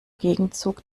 gegenzug